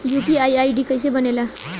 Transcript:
UPI ID कैसे बनेला?